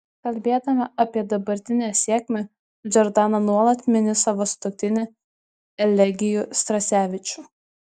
kalbėdama apie dabartinę sėkmę džordana nuolat mini savo sutuoktinį elegijų strasevičių